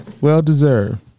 Well-deserved